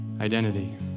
identity